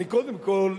קודם כול,